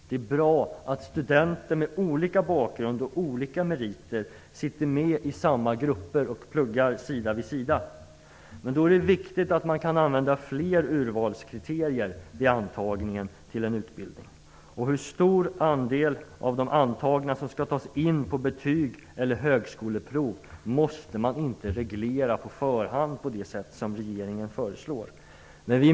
Det är bra att studenter med olika bakgrund och olika meriter sitter i samma grupper och pluggar sida vid sida. Men då är det viktigt att fler urvalskriterier kan användas vid antagningen till en utbildning. Hur stor andel av de antagna som skall tas in på betyg eller högskoleprov måste man inte reglera på förhand på det sätt som regeringen föreslår.